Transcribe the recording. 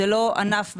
זה לא ענף בקיבוץ.